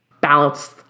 balanced